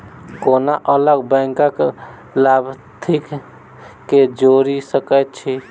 कोना अलग बैंकक लाभार्थी केँ जोड़ी सकैत छी?